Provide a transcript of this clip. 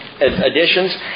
additions